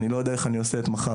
אני לא יודע איך אני עושה את מחר,